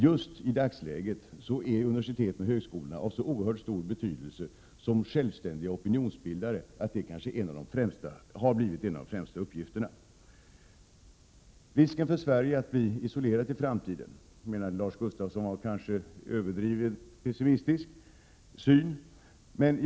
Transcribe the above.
Just i dagsläget är dock universiteten och högskolorna av oerhört stor betydelse som självständiga opinionsbildare. Det har kanske också blivit en av de främsta uppgifterna för dessa. När det gäller risken att Sverige blir isolerat i framtiden menade Lars Gustafsson att vi nog hade en överdrivet pessimistisk uppfattning.